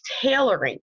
tailoring